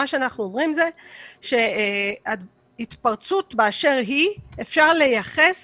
מה שאנחנו אומרים זה שהתפרצות באשר היא אפשר לייחס